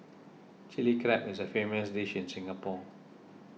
Chilli Crab is a famous dish in Singapore